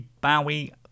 Bowie